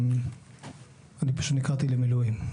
אני פשוט נקראתי למילואים.